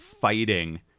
fighting